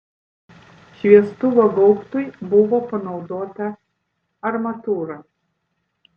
šviestuvo gaubtui buvo panaudota armatūra